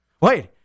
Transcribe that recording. Wait